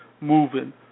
moving